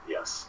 Yes